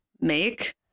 make